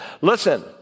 Listen